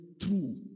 true